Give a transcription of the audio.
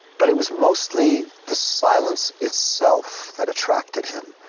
but it was mostly the silence itself that attracted him,